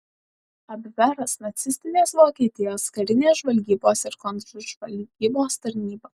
abveras nacistinės vokietijos karinės žvalgybos ir kontržvalgybos tarnyba